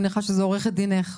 אני מניחה שזו עורכת דינך,